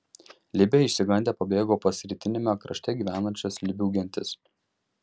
libiai išsigandę pabėgo pas rytiniame krašte gyvenančias libių gentis